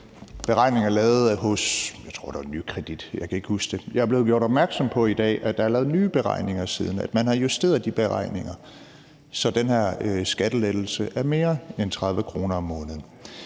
var, tror jeg, lavet hos Nykredit; jeg kan ikke huske det. Jeg er i dag blevet gjort opmærksom på, at der siden er lavet nye beregninger, at man har justeret de beregninger, så den her skattelettelse er mere end 30 kr. om måneden.